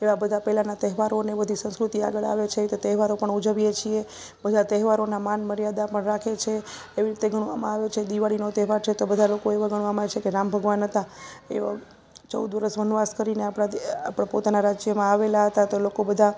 એવા બધા પહેલાંના તહેવારો અને બધી સંસ્કૃતિ આગળ આવે છે તો તહેવારો પણ ઉજવીએ છીએ બધા તહેવારોના માનમર્યાદા પણ રાખે છે એવી રીતે ગણવામાં આવે છે દિવાળીનો તહેવાર છે તો બધા લોકો એવા ગણવામાં આવે છે કે રામ ભગવાન હતા એ ચૌદ વરસ વનવાસ કરીને આપણા આપણા પોતાના રાજ્યમાં આવેલા હતા તે લોકો બધા